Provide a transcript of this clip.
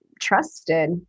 trusted